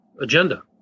agenda